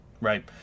right